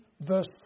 verse